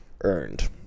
earned